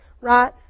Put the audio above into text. Right